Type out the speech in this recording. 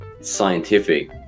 scientific